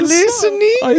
listening